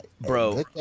Bro